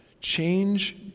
change